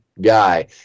guy